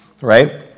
right